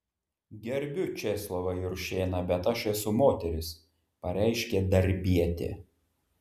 gerbiu česlovą juršėną bet aš esu moteris pareiškė darbietė